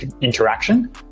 interaction